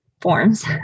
forms